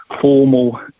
formal